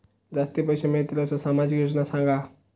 जास्ती पैशे मिळतील असो सामाजिक योजना सांगा?